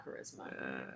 charisma